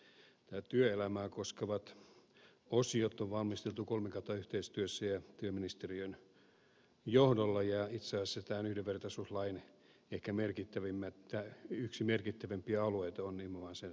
nimittäin nämä työelämää koskevat osiot on valmisteltu kolmikantayhteistyössä ja työministeriön johdolla ja itse asiassa tämän yhdenvertaisuuslain ehkä yksi merkittävimpiä alueita on nimenomaan sen soveltamisalue työelämässä